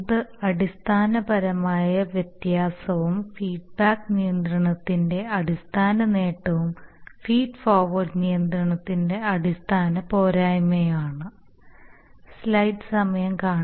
ഇത് അടിസ്ഥാനപരമായ വ്യത്യാസവും ഫീഡ്ബാക്ക് നിയന്ത്രണത്തിന്റെ അടിസ്ഥാന നേട്ടവും ഫീഡ് ഫോർവേർഡ് നിയന്ത്രണത്തിന്റെ അടിസ്ഥാന പോരായ്മയുമാണ്